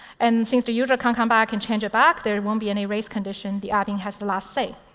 and since the user can't come back and change it back there and won't be any race condition, the admin has the last say.